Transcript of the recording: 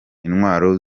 intwaro